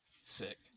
Sick